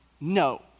No